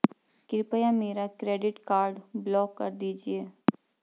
कृपया मेरा credit card block कर दीजिए